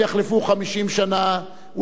אולי בטרם יחלפו חמש שנים.